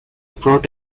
brought